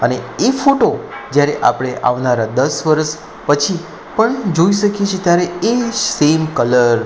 અને એ ફોટો જ્યારે આપણે આવનારા દસ વરસ પછી પણ જોઈ શકીએ છીએ ત્યારે એજ સેમ કલર